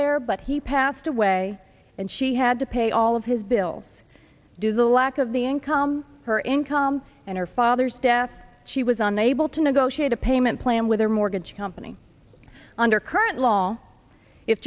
there but he passed away and she had to pay all of his bills due to lack of the income her income and her father's death she was unable to negotiate a payment plan with her mortgage company under current l